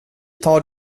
tar